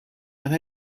and